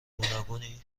گوناگونی